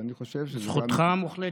זכותך המוחלטת.